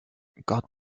god